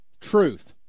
Truth